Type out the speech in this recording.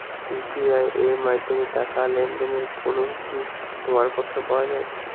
UPI এর মাধ্যমে টাকা লেনদেনের কোন কি প্রমাণপত্র পাওয়া য়ায়?